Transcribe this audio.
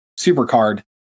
supercard